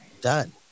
done